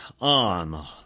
on